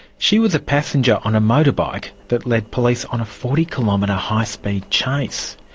she was a passenger on a motorbike that led police on a forty kilometre high-speed chase.